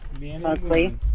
mostly